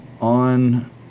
on